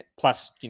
plus